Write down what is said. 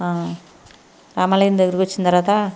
ఆ రామాలయం దగ్గరికి వచ్చిన తర్వాత